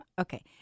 okay